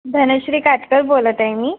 धनश्री काटकर बोलत आहे मी